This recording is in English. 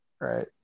Right